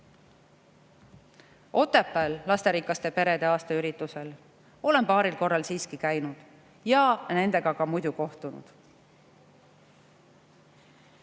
lasterikaste perede aastaüritusel olen paaril korral siiski käinud ja nendega ka muidu kohtunud. Mis